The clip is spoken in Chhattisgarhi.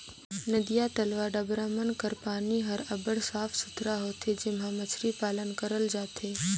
नदिया, तलवा, डबरा मन कर पानी हर अब्बड़ साफ सुथरा होथे जेम्हां मछरी पालन करल जाथे